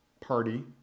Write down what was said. party